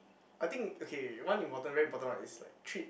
I think okay one important very important one is like treat